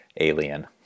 alien